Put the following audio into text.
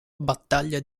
battaglia